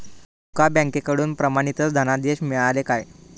तुमका बँकेकडून प्रमाणितच धनादेश मिळाल्ले काय?